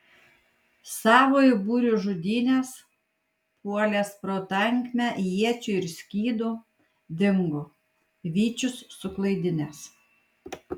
savojo būrio žudynes puolęs pro tankmę iečių ir skydų dingo vyčius suklaidinęs